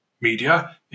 media